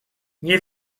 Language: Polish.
nie